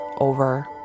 over